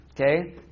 Okay